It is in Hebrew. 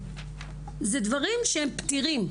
אלה דברים שהם פתירים.